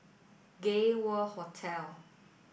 Gay World Hotel